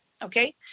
Okay